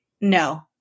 no